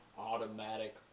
automatic